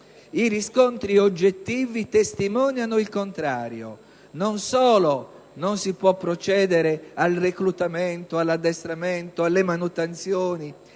i riscontri oggettivi testimoniano il contrario. Non solo non si può procedere al reclutamento, all'addestramento, alle manutenzioni